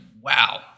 wow